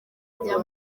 rya